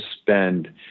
spend